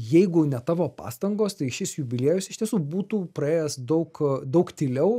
jeigu ne tavo pastangos tai šis jubiliejus iš tiesų būtų praėjęs daug daug tyliau